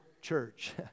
Church